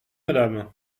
madame